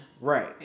right